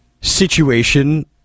situation